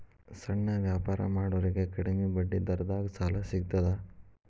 ಸಣ್ಣ ವ್ಯಾಪಾರ ಮಾಡೋರಿಗೆ ಕಡಿಮಿ ಬಡ್ಡಿ ದರದಾಗ್ ಸಾಲಾ ಸಿಗ್ತದಾ?